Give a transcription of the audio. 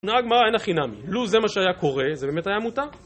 עונה הגמרא: אין הכי נמי, לו זה מה שהיה קורה, זה באמת היה מותר.